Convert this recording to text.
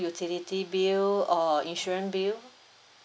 utility bill or insurance bill